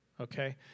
okay